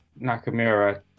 nakamura